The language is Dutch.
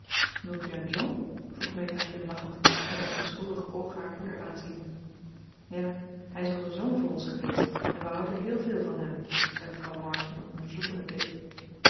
u hem john vroeg meta glimlachend met haar onschuldige oogen haar moeder aanziende ja hij is als een zoon voor ons geweest en we houden heel veel van hem zei mevrouw march met een onderzoekenden blik